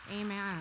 Amen